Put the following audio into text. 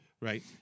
right